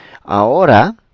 Ahora